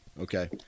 Okay